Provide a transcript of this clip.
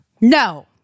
No